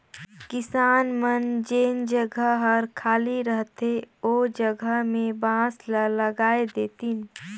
किसान मन जेन जघा हर खाली रहथे ओ जघा में बांस ल लगाय देतिन